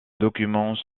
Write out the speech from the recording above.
documents